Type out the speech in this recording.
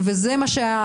אבל זה מה שאני אומר,